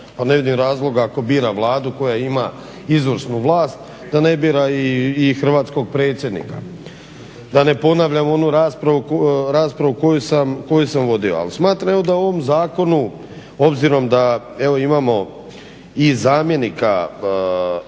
A ne vidim razloga ako bira Vladu koja ima izvršnu vlast da ne bira i Hrvatskog predsjednika. Da ne ponavljam onu raspravu, raspravu koju samo vodio, ali smatram evo da u ovom zakonu obzirom da evo imamo i zamjenika